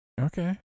Okay